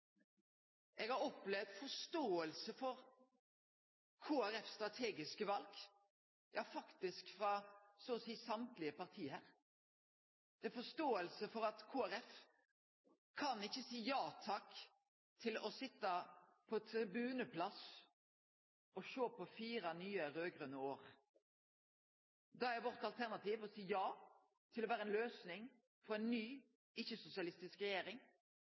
Eg har opplevd forståing for Kristeleg Folkepartis strategiske val, ja, faktisk frå så å seie alle partia her. Det er forståing for at Kristeleg Folkeparti ikkje kan seie ja takk til å sitje på tribuneplass og sjå på fire nye raud-grøne år. Da er vårt alternativ å seie ja til å vere ei løysing med ei ny ikkje-sosialistisk regjering, ei ny regjering